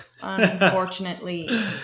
unfortunately